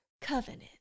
covenant